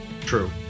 True